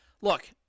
look